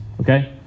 Okay